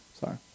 Sorry